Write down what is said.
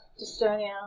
dystonia